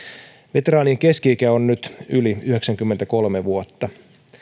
veteraanien keski ikä on nyt yli yhdeksänkymmentäkolme vuotta